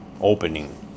opening